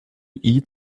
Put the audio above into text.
eat